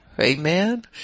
Amen